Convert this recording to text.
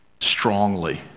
strongly